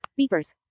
Beepers